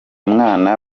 mwana